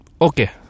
okay